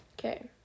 Okay